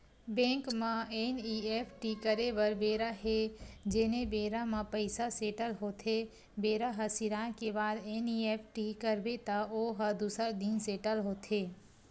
bank म NEFT करे बर बेरा हे जेने बेरा म पइसा सेटल होथे बेरा ह सिराए के बाद एन.ई.एफ.टी करबे त ओ ह दूसर दिन सेटल होथे